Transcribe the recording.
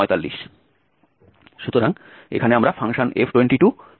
সুতরাং এখানে আমরা f এবং f অনুমান করতে চাই